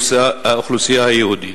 האוכלוסייה היהודית,